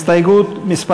הסתייגות מס'